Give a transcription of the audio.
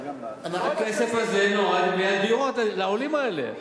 הכסף הזה נועד לבניית דירות לעולים האלה.